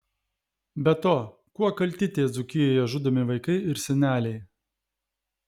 be to kuo kalti tie dzūkijoje žudomi vaikai ir seneliai